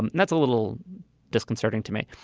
and that's a little disconcerting to me.